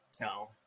No